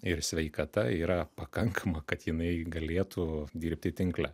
ir sveikata yra pakankama kad jinai galėtų dirbti tinkle